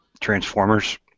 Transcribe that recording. Transformers